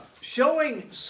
showing